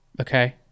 Okay